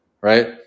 right